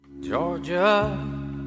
Georgia